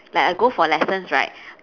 like I go for lessons right